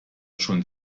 schon